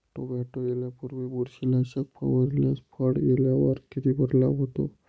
Tomato येण्यापूर्वी बुरशीनाशक फवारल्यास फळ येण्यावर किती परिणाम होतो?